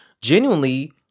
genuinely